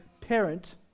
parent